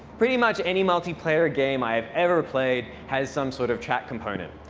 pretty much any multiplayer game i've ever played has some sort of chat component.